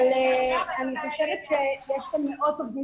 אבל אני חושבת שיש כאן מאות עובדים